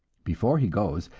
before he goes,